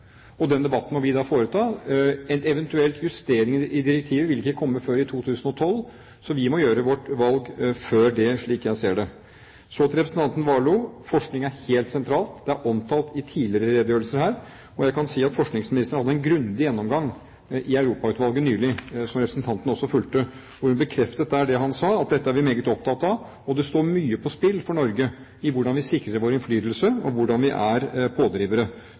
og den debatten må vi ta. Eventuelle justeringer i direktivet vil ikke komme før i 2012, så vi må gjøre vårt valg før den tid, slik jeg ser det. Så til representanten Warloe: Forskning er helt sentralt. Det er omtalt i tidligere redegjørelser her, og jeg kan si at forskningsministeren hadde en grundig gjennomgang i Europautvalget nylig, som representanten også fulgte. Hun bekreftet det han sa – at dette er vi meget opptatt av, og det står mye på spill for Norge når det gjelder hvordan vi sikrer vår innflytelse, og hvordan vi er pådrivere.